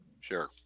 Sure